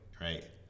right